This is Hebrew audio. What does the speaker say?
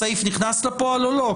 הסעיף נכנס לפועל או לא?